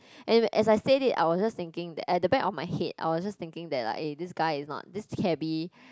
and as I said it I was just thinking that at the back of my head I was just thinking that like eh this guy is not this cabbie